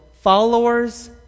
followers